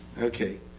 Okay